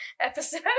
episode